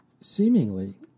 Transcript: seemingly